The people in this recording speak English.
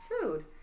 food